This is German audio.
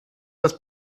das